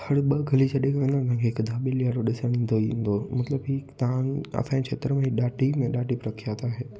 हर ॿ गली छॾे करे आहे न तव्हांखे हिकु दाबेलीअ वारो ॾिसणु ईंदो ई ईंदो मतिलबु हीअ तव्हां असांजे खेत्र में ॾाढी में ॾाढी प्रखियात आहे